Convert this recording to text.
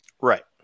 Right